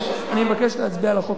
אני מבקש להצביע על החוק מייד,